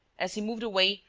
as he moved away,